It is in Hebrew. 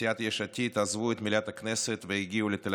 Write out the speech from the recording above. סיעת יש עתיד עזבו את מליאת הכנסת והגיעו לתל